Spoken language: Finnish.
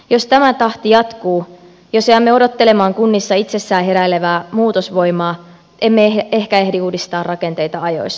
jos tämä tahti jatkuu jos jäämme odottelemaan kunnissa itsessään heräilevää muutosvoimaa emme ehkä ehdi uudistaa rakenteita ajoissa